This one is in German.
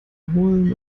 holen